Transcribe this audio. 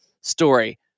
story